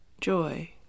joy